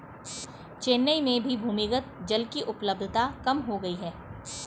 चेन्नई में भी भूमिगत जल की उपलब्धता कम हो गई है